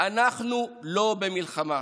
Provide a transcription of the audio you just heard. אנחנו לא במלחמה,